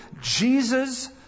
Jesus